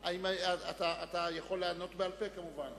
אתה יכול לענות בעל-פה כמובן,